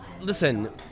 listen